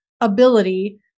ability